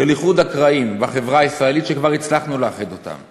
של איחוד הקרעים בחברה הישראלית שכבר הצלחנו לאחד אותם,